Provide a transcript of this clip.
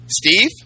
Steve